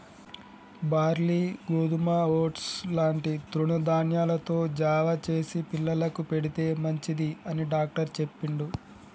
barley గోధుమ oats లాంటి తృణ ధాన్యాలతో జావ చేసి పిల్లలకు పెడితే మంచిది అని డాక్టర్ చెప్పిండు